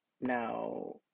Now